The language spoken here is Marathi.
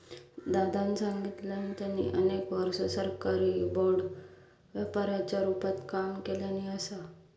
दादानं सांगल्यान, त्यांनी अनेक वर्षा सरकारी बाँड व्यापाराच्या रूपात काम केल्यानी असा